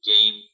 game